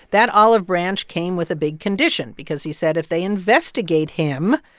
that olive branch came with a big condition because he said if they investigate him,